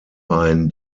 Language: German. ein